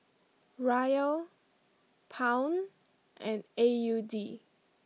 Riyal Pound and A U D